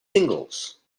singles